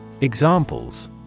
Examples